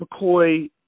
McCoy